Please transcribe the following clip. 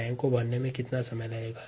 tank को भरने में कितना समय लगेगा